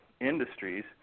industries